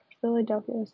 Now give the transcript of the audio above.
Philadelphia